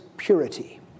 Purity